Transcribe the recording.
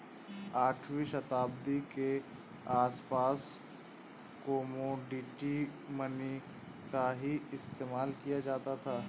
आठवीं शताब्दी के आसपास कोमोडिटी मनी का ही इस्तेमाल किया जाता था